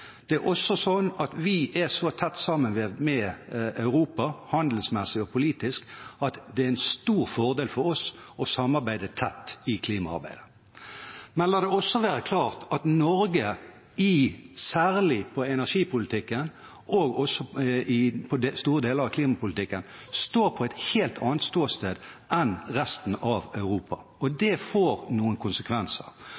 Vi er også så tett sammenvevd med Europa handelsmessig og politisk at det er en stor fordel for oss å samarbeide tett i klimaarbeidet. Men la det også være klart at Norge, særlig i energipolitikken og også i store deler av klimapolitikken, har et helt annet ståsted enn resten av Europa, og